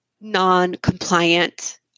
non-compliant